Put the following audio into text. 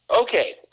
Okay